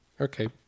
Okay